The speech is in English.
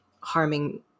harming